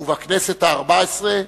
ובכנסת הארבע-עשרה,